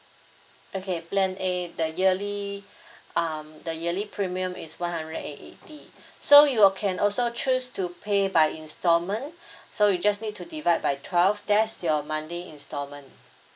okay plan A the yearly um the yearly premium is one hundred and eighty so you will can also choose to pay by installment so you just need to divide by twelve that's your monthly installment